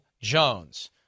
Jones